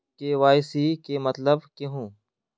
KYC के मतलब केहू?